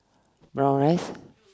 more rice